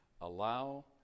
allow